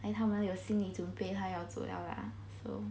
like 他们有心理准备他要走 liao lah so